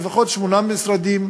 לפחות שמונה משרדים.